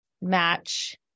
match